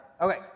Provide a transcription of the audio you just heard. Okay